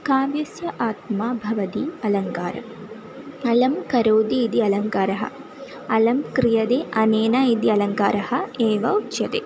काव्यस्य आत्मा भवति अलङ्कारः अलं करोति इति अलङ्कारः अलं क्रियते अनेन इति अलङ्कारः एव उच्यते